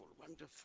wonderful